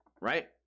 right